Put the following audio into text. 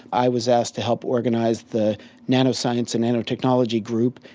i was asked to help organise the nanoscience and nanotechnology group,